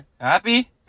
Happy